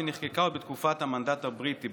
שנחקקה עוד בתקופת המנדט הבריטי,